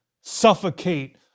suffocate